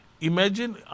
Imagine